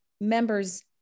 members